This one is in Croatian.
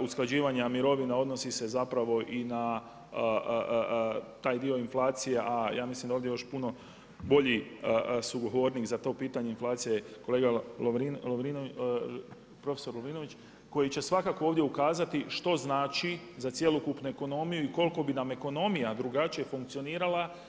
usklađivanja mirovina odnosi se zapravo i na taj dio inflacije, a ja mislim da ovdje još puno sugovornik za to pitanje inflacije je kolega profesor Lovrinović, koji će svakako ovdje ukazati, što znači za cjelokupnu ekonomiju, i koliko bi nam ekonomija drugačije funkcionirala.